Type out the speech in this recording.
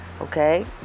okay